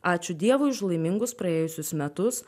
ačiū dievui už laimingus praėjusius metus